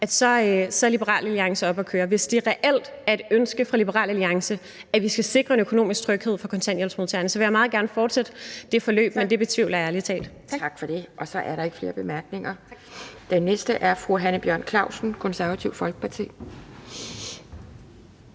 er Liberal Alliance oppe at køre. Hvis det reelt er et ønske fra Liberal Alliance, at vi skal sikre en økonomisk tryghed for kontanthjælpsmodtagerne, vil jeg meget gerne fortsætte det forløb, men det betvivler jeg ærlig talt. Kl. 10:36 Anden næstformand (Pia Kjærsgaard): Tak for det. Så er der ikke flere bemærkninger. Den næste er fru Hanne Bjørn-Klausen, Konservative Folkeparti.